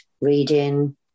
reading